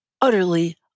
utterly